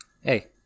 hey